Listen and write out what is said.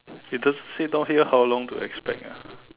he just sit down here how long to expect ah